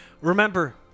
remember